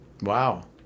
Wow